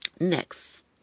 next